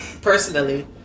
personally